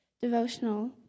devotional